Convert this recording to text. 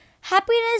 Happiness